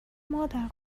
مادر